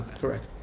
Correct